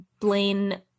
Blaine